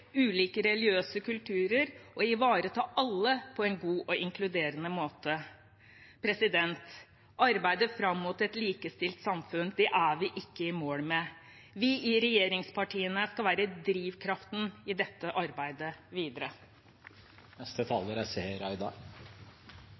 ulike religiøse kulturer og ivareta alle på en god og inkluderende måte. Arbeidet fram mot et likestilt samfunn er vi ikke i mål med. Vi i regjeringspartiene skal være drivkraften i dette arbeidet videre.